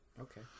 Okay